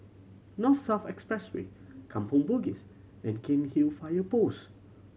North South Expressway Kampong Bugis and Cairnhill Fire Post